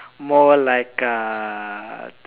more like uh